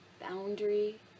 boundary